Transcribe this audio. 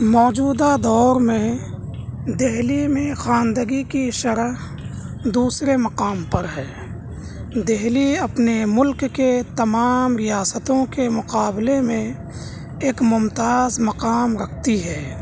موجودہ دور میں دہلی میں خواندگی کی شرح دوسرے مقام پر ہے دہلی اپنے ملک کے تمام ریاستوں کے مقابلے میں ایک ممتاز مقام رکھتی ہے